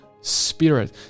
spirit